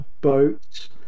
boats